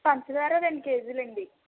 పంచదార రెండు కేజీలండి